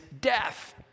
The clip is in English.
death